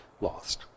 lost